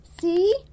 see